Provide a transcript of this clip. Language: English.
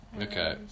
Okay